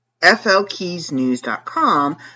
flkeysnews.com